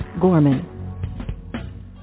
Gorman